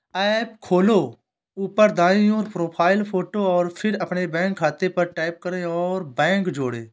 app खोलो, ऊपर दाईं ओर, प्रोफ़ाइल फ़ोटो और फिर अपने बैंक खाते पर टैप करें और बैंक जोड़ें